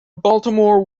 baltimore